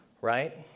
Right